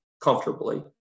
comfortably